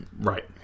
Right